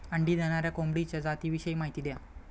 अंडी देणाऱ्या कोंबडीच्या जातिविषयी माहिती द्या